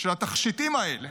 של ה"תכשיטים" האלה,